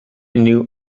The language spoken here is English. new